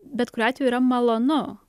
bet kuriuo atveju yra malonu